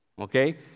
Okay